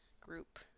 group